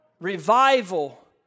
revival